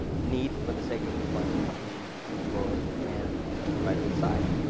need, for the sake of employment, to be employed and write on the side.